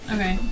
Okay